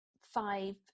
five